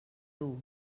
dur